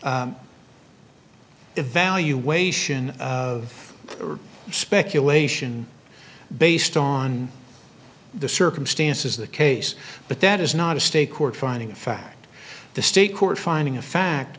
evaluation of speculation based on the circumstances the case but that is not a state court finding fact the state court finding a